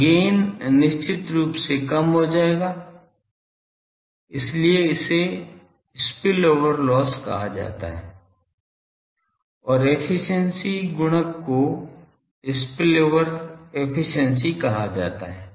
तो गेन निश्चित रूप से कम हो जाएगा इसलिए इसे स्पिलओवर लॉस कहा जाता है और एफिशिएंसी गुणक को स्पिल ओवर एफिशिएंसी कहा जाता है